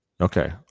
Okay